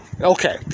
Okay